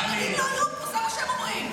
חרדים לא יהיו פה, זה מה שהם אומרים.